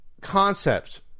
concept